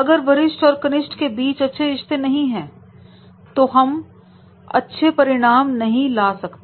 अगर वरिष्ठ और कनिष्ठ के बीच अच्छे रिश्ते नहीं हैं तो हम अच्छे परिणाम नहीं ला सकते